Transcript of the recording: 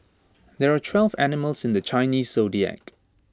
there are twelve animals in the Chinese Zodiac